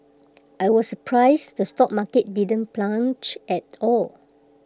I was surprised the stock market didn't plunge at all